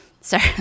Sorry